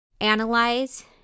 analyze